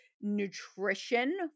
nutrition